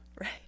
Right